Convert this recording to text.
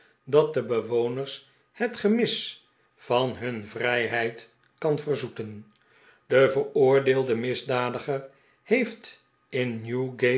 dat den bewoners het gemis van hun vrijheid kan verzoeten de veroordeelde misdadiger heeft in